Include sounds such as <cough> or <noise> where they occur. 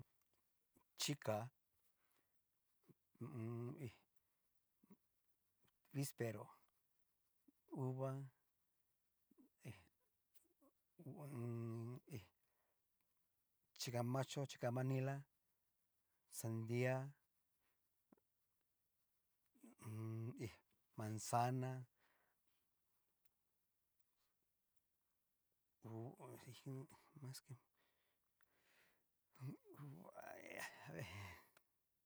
Chika hu u n. hí, vispero, uva hí, ho o on. hí, chika macho, chika manila, sandia hu u un. hí manzana, <hesitation> hu is mas que hay aver, <hesitation>